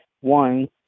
one